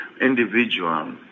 individual